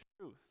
truth